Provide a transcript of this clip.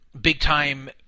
big-time